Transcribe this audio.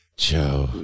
Joe